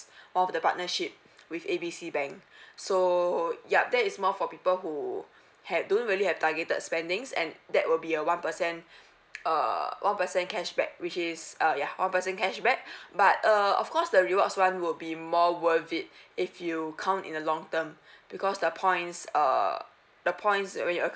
one of the partnership with A B C bank so yup that is more for people who have don't really have targeted spending's and that will be a one percent err one percent cashback which is uh ya one percent cashback but uh of course the rewards one will be more worth it if you count in a long term because the points err the points when you